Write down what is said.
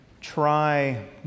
try